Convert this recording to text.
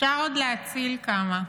אפשר עוד להציל כמה.